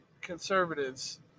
conservatives